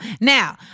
now